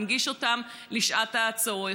מנגיש אותם לשעת הצורך.